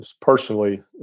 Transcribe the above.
personally